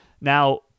Now